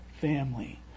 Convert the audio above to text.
family